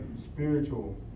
spiritual